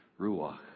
ruach